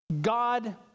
God